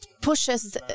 pushes